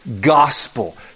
gospel